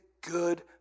good